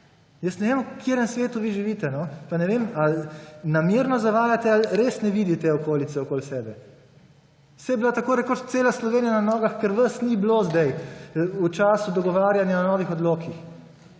Jaz ne vem, v katerem svetu vi živite, pa ne vem, ali namerno zavajate ali res ne vidite okolice okoli sebe. Saj je bila tako rekoč cela Slovenija na nogah, ker vas ni bilo zdaj v času dogovarjanja o novih odlokih,